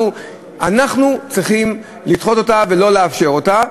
אנחנו צריכים לדחות את זה ולא לאפשר את זה.